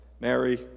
Mary